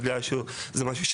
בגלל שזה משהו,